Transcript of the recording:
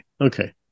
Okay